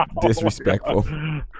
disrespectful